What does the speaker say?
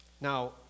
Now